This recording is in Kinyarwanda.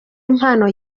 impano